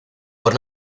por